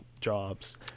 jobs